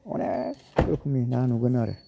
अनेक रोखोमनि ना नुगोन आरो